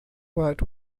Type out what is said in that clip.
worked